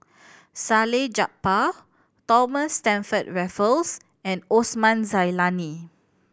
Salleh Japar Thomas Stamford Raffles and Osman Zailani